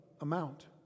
amount